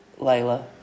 Layla